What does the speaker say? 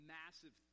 massive